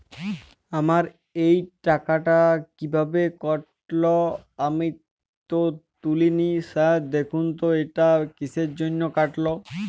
আমার এই টাকাটা কীভাবে কাটল আমি তো তুলিনি স্যার দেখুন তো এটা কিসের জন্য কাটল?